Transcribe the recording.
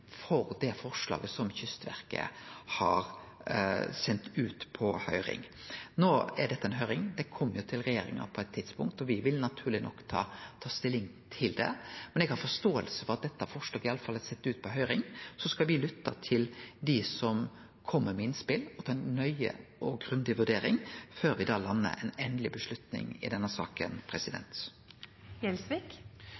er no til høyring. Det kjem til regjeringa på eit tidspunkt, og me vil naturleg nok ta stilling til det, men eg har forståing for at forslaget iallfall er sendt ut på høyring. Me skal lytte til dei som kjem med innspel, og ta ei nøye og grundig vurdering før me landar på ei endeleg avgjerd i denne saka.